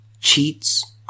cheats